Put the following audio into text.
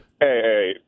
hey